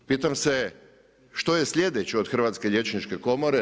Pitam se što je sljedeće od Hrvatske liječničke komore?